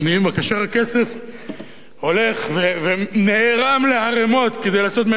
רק שאר הכסף הולך ונערם לערימות כדי לעשות ממנו כסף כלוא.